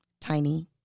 tiny